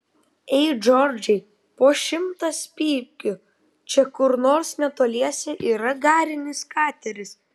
ei džordžai po šimtas pypkių čia kur nors netoliese yra garinis kateris